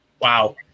wow